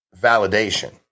validation